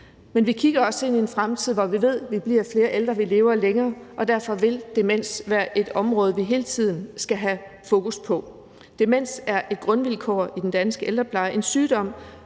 Men vi kigger også ind i en fremtid, hvor vi ved, at vi bliver flere ældre, hvor vi lever længere, og derfor vil demens være et område, vi hele tiden skal have fokus på. Demens er et grundvilkår i den danske ældrepleje; en sygdom,